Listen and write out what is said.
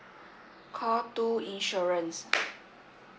call two insurance